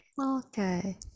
Okay